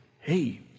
Hey